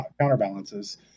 Counterbalances